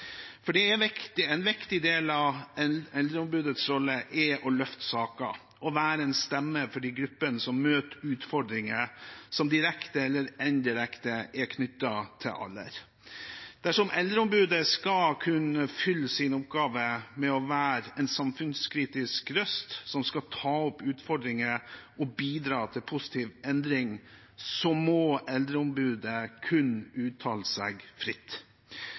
En viktig del av Eldreombudets rolle er å løfte saker og være en stemme for de gruppene som møter utfordringer som direkte eller indirekte er knyttet til alder. Dersom Eldreombudet skal kunne fylle sin oppgave med å være en samfunnskritisk røst som skal ta opp utfordringer og bidra til positiv endring, må Eldreombudet kunne uttale seg fritt.